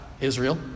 Israel